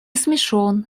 смешон